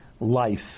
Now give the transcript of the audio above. life